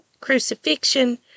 crucifixion